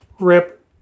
Rip